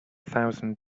thousand